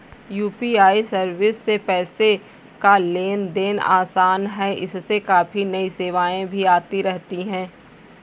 UPI service से पैसे का लेन देन आसान है इसमें काफी नई सेवाएं भी आती रहती हैं